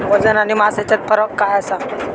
वजन आणि मास हेच्यात फरक काय आसा?